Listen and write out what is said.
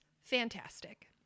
fantastic